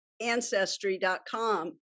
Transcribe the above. Ancestry.com